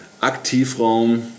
Aktivraum